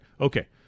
Okay